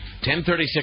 10.36